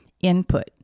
input